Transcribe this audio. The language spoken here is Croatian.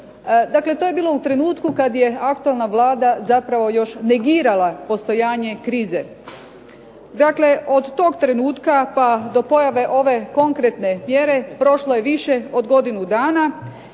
dakle to je bilo u trenutku kada je aktualna Vlada zapravo još negirala postojanje krize. Dakle, od tog trenutka do pojave ove konkretne mjere prošlo je više od godinu dana